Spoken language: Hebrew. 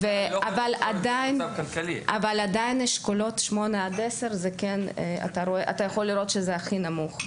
אבל עדיין באשכולות 10-8 אתה יכול לראות שזה הכי נמוך,